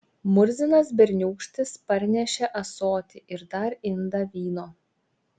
murzinas berniūkštis parnešė ąsotį ir dar indą vyno